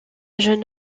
jeune